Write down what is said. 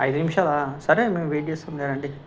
ఐదు నిమిషాలా సరే మేము వెయిట్ చేస్తుంటామండి